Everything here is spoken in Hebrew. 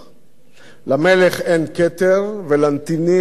למלך אין כתר ולנתינים אין בית.